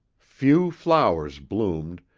few flowers bloomed,